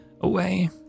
away